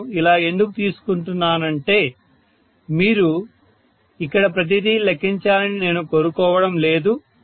నేను ఇలా ఎందుకు చేస్తున్నానంటే మీరు ఇక్కడ ప్రతిదీ లెక్కించాలని నేను కోరుకోవడం లేదు